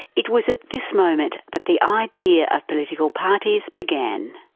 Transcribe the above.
it was at this moment that the idea of political parties began.